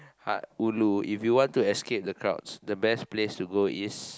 heart ulu if you want to escape the crowd the best place to go is